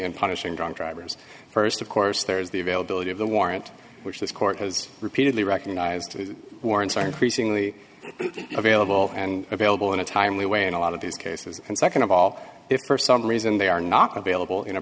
and punishing drunk drivers first of course there is the availability of the warrant which this court has repeatedly recognized warrants are increasingly available and available in a timely way in a lot of these cases and second of all if for some reason they are not available in a